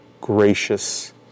gracious